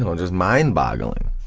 and just mind-boggling.